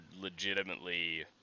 legitimately